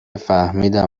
فهمیدم